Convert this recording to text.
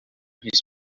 his